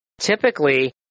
Typically